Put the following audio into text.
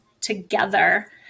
together